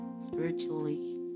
spiritually